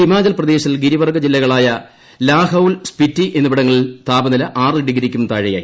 ഹിമാചൽ പ്രദേശിൽ ഗിരിവർഗ്ഗ ജില്ലകളായ ലാഹൌൽ സ്പിറ്റി എന്നിവിടങ്ങളിൽ താപനില ആറ് ഡിഗ്രിക്കും താഴെയായി